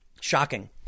Shocking